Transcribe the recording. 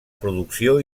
producció